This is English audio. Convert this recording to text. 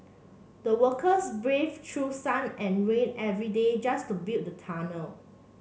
the workers brave true sun and rain every day just to build the tunnel